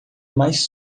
mais